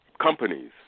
companies